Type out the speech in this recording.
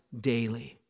daily